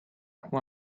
who